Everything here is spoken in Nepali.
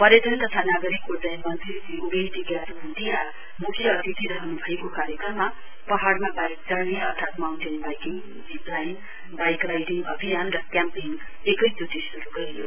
पर्यटन तथा नागरिक उड्डयन मन्त्री श्री उगेन टी ग्याछो भ्टिया म्ख्य अतिथि रहन्भएको कार्यक्रममा पहाइमा बाइक चढ़ने अर्थात mountain biking zip line bike riding अभियान र क्याम्पिङ एकैचोटि शुरू गरियो